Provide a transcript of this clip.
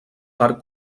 parc